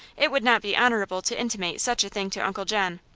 it would not be honorable to intimate such a thing to uncle john.